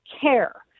care